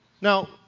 Now